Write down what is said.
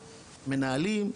מנהלים,